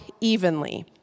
evenly